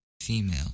female